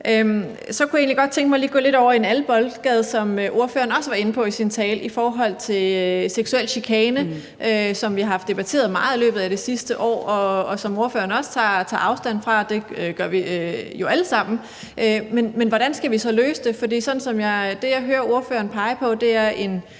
egentlig godt tænke mig at komme lidt over i en anden boldgade til noget, som ordføreren også var inde på i sin tale. Det er om seksuel chikane, som vi har debatteret meget i løbet af det sidste år, og som ordføreren også tager afstand fra. Det gør vi jo alle sammen. Men hvordan skal vi løse det? Det, jeg hører ordføreren pege på, er en